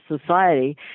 society